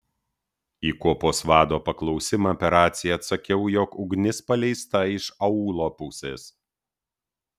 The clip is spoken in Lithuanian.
į kuopos vado paklausimą per raciją atsakiau jog ugnis paleista iš aūlo pusės